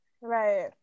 right